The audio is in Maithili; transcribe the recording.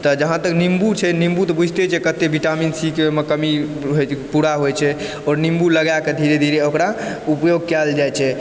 तऽ जहाँ तक निम्बू छै निम्बू तऽ बुझिते छियै कते विटामिन सीके ओहिमे कमी पूरा होइ छै आओर निम्बू लगाए कऽ धीरे धीरे ओकरा उपयोग कएल जाइ छै